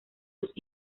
los